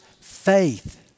faith